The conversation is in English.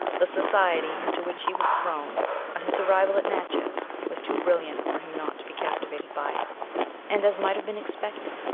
the society into which he was thrown on his arrival at natchez was too brilliant for him not to be captivated by it and, as might have been expected,